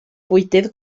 bwydydd